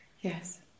Yes